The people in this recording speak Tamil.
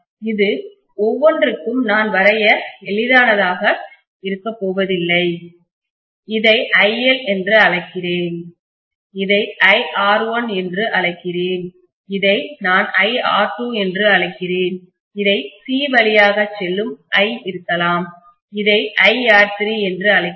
அது ஒவ்வொன்றிற்கும் நான் வரைய எளிதானதாக இருக்கப்போவதில்லை இதை iL என்று அழைக்கிறேன் இதை iR1 என்று அழைக்கிறேன் இதை நான் iR2 என்று அழைக்கிறேன் இதை C வழியாக செல்லும் i இருக்கலாம் இதை iR3 என்று அழைக்கிறேன்